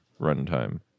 runtime